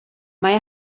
mae